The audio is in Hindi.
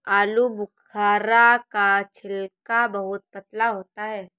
आलूबुखारा का छिलका बहुत पतला होता है